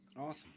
awesome